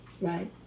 Right